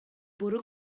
bwrw